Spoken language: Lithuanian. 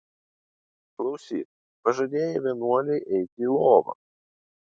klausyk pažadėjai vienuolei eiti į lovą